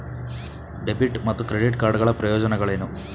Debit ಮತ್ತು credit card ಗಳ ಪ್ರಯೋಜನಗಳೇನು?